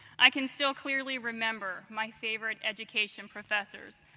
i can still clearly remember my favorite education professors.